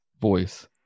voice